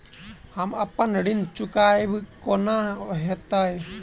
हम अप्पन ऋण चुकाइब कोना हैतय?